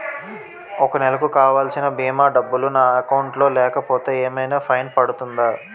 ఒక నెలకు కావాల్సిన భీమా డబ్బులు నా అకౌంట్ లో లేకపోతే ఏమైనా ఫైన్ పడుతుందా?